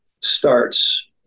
starts